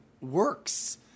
works